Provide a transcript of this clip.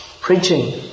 preaching